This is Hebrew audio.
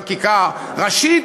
חקיקה ראשית,